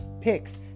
picks